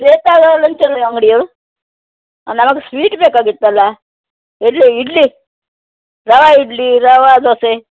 Shweta lunch ಅಂಗಡಿಯಾ ಅ ನನಗೆ sweet ಬೇಕಾಗಿತ್ತಲ್ಲ ಇಡ್ಲಿ ಇಡ್ಲಿ ರವೆ ಇಡ್ಲಿ ರವೆ ದೋಸೆ